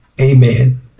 Amen